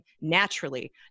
naturally